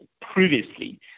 previously